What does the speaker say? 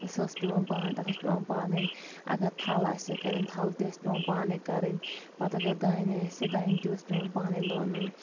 سۄ ٲسۍ پیٚوان پانے تتھ اوس پیٚوان پانے اگر تھل آسہِ ہا کرٕنۍ تھل تہِ ٲس پیٚوان پانے کرٕنۍ پتہٕ اگر دانہِ آسہِ ہا دانہِ تہِ اوس پیٚوان پانے لونُن